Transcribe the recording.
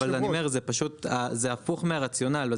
זה הפוך מהרציונל.